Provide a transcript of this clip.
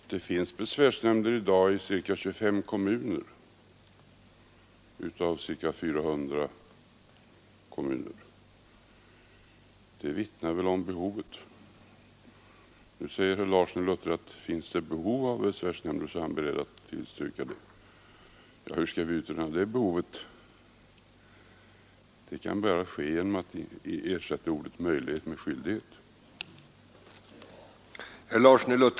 Herr talman! Det finns i dag besvärsnämnder i ca 25 kommuner av ca 400. Det vittnar om behovet. Nu säger herr Larsson i Luttra att han är beredd att tillstyrka inrättandet av besvärsnämnder om det finns behov av sådana. Hur skall vi utröna det behovet? Det kan bara ske genom att vi ersätter ordet möjlighet med ordet skyldighet.